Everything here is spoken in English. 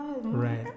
Right